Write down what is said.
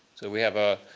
so we have a